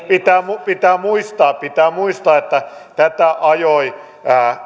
pitää muistaa pitää muistaa että tätä ajoi